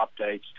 updates